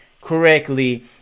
correctly